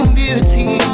beauty